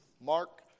Mark